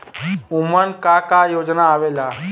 उमन का का योजना आवेला?